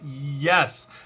yes